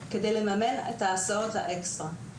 כדי לממן את ההסעות האקסטרה.